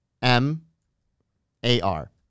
M-A-R